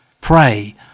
Pray